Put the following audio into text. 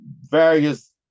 various